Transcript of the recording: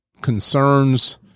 Concerns